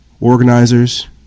organizers